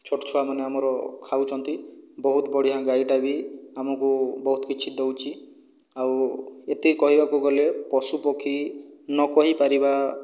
ଛୋଟ ଛୁଆମାନେ ଆମର ଖାଉଛନ୍ତି ବହୁତ ବଢ଼ିଆଁ ଗାଈଟା ବି ଆମକୁ ବହୁତ କିଛି ଦେଉଛି ଆଉ ଏତିକି କହିବାକୁ ଗଲେ ପଶୁପକ୍ଷୀ ନ କହିପାରିବା